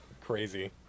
Crazy